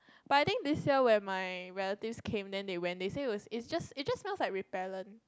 but I think this year when my relatives came then they went they say it was it just it just smells like repellent